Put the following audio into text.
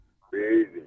Crazy